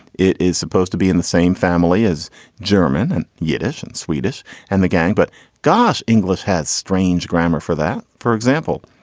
it is supposed to be in the same family as german and yiddish and swedish and the gang. but gosh, english has strange grammar for that. for example,